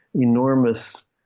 Enormous